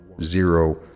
zero